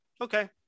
okay